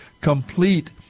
complete